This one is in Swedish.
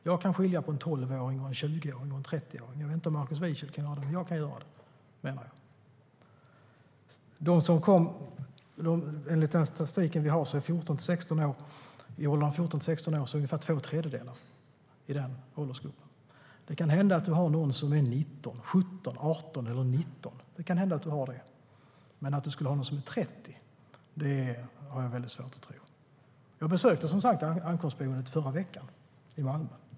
Jag kan skilja på en tolvåring, en 20-åring och en 30-åring. Jag vet inte om Markus Wiechel kan göra det, men jag kan göra det. Enligt den statistik vi har är ungefär två tredjedelar i åldersgruppen 14-16 år. Det kan hända att det finns någon som är 17, 18 eller 19, men att det skulle vara någon som är 30 har jag svårt att tro. Jag besökte som sagt ankomstboendet i Malmö i förra veckan.